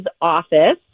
office